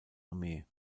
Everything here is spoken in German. armee